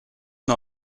nur